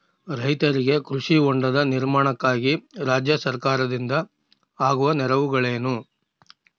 ರೈತರಿಗೆ ಕೃಷಿ ಹೊಂಡದ ನಿರ್ಮಾಣಕ್ಕಾಗಿ ರಾಜ್ಯ ಸರ್ಕಾರದಿಂದ ಆಗುವ ನೆರವುಗಳೇನು?